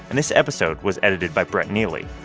and this episode was edited by brett neely.